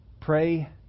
Pray